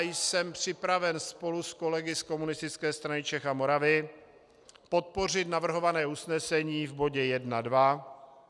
Jsem připraven spolu s kolegy z Komunistické strany Čech a Moravy podpořit navrhované usnesení v bodě 1, 2.